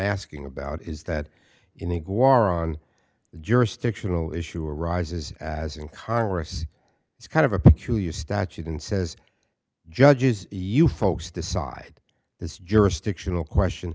asking about is that in the war on the jurisdictional issue arises as in congress it's kind of a peculiar statute and says judges you folks decide it's jurisdictional question